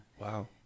Wow